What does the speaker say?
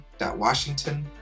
Washington